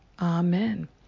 amen